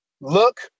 look